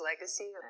legacy